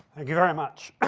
thank you very much.